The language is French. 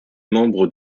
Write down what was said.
membre